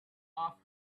off